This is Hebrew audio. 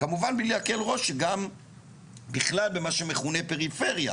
כמובן בלי להקל בראש גם בכלל במה שמכונה פריפריה.